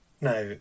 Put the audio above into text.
now